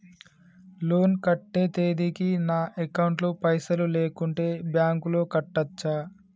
Loan కట్టే తేదీకి నా అకౌంట్ లో పైసలు లేకుంటే బ్యాంకులో కట్టచ్చా?